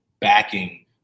backing